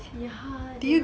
ya